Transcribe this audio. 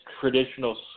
traditional